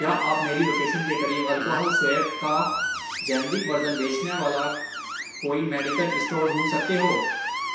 کیا آپ میری لوکیشن کے قریب الکحل سویب کا جینرک ورژن بیچنے والا کوئی میڈیکل اسٹور ڈھونڈ سکتے ہو